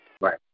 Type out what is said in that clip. Right